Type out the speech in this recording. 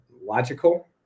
logical